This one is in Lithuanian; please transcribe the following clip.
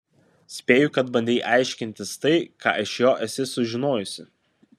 spėju kad bandei aiškintis tai ką iš jo esi sužinojusi